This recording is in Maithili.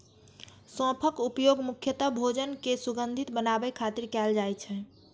सौंफक उपयोग मुख्यतः भोजन कें सुगंधित बनाबै खातिर कैल जाइ छै